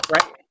Right